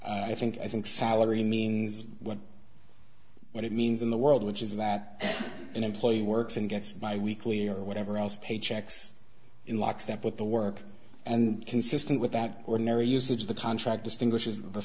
i think i think salary means what it means in the world which is that an employee works and gets bi weekly or whatever else paychecks in lockstep with the work and consistent with that ordinary usage of the contract distinguishes the